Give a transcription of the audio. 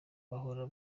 bahora